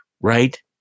right